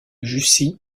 jussy